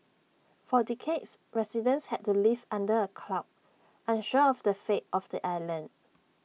for decades residents had to live under A cloud unsure of the fate of the island